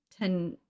ten